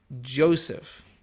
Joseph